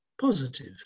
positive